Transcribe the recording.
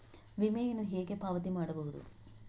ವಿಮೆಯನ್ನು ಹೇಗೆ ಪಾವತಿ ಮಾಡಬಹುದು?